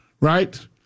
Right